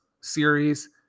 series